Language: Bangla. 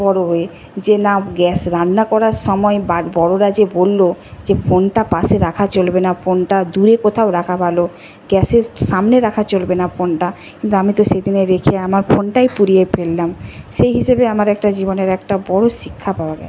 বড় হয়ে যে না গ্যাস রান্না করার সময় বড়রা যে বললো যে ফোনটা পাশে রাখা চলবে না ফোনটা দূরে কোথাও রাখা ভালো গ্যাসের সামনে রাখা চলবে না ফোনটা কিন্তু আমি তো সেদিনে রেখে আমার ফোনটাই পুড়িয়ে ফেললাম সেই হিসেবে আমার একটা জীবনের একটা বড় শিক্ষা পাওয়া গেল